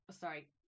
sorry